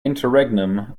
interregnum